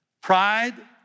Pride